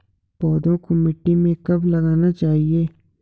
पौधों को मिट्टी में कब लगाना चाहिए?